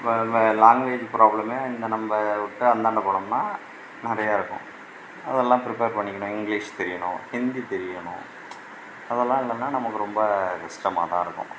இப்போ அந்த லாங்குவேஜ் ப்ராப்ளமே இந்த நம்ப விட்டு அந்தாண்ட போறம்னால் நிறையா இருக்கும் அதெல்லாம் ப்ரிப்பர் பண்ணிக்கிணு இங்கிலிஷ் தெரியணும் ஹிந்தி தெரியணும் அதெல்லாம் இல்லைன்னா நமக்கு ரொம்ப கஷ்டமாக தான் இருக்கும்